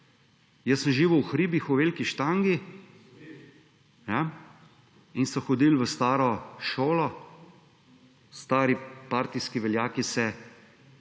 Jaz sem živel v hribih, v Veliki Štangi, in so hodili v staro šolo stari partijski veljaki